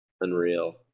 Unreal